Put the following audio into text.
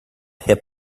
hip